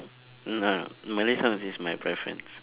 uh malay songs is just my preference